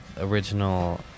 original